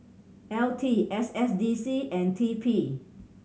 L T S S D C and T P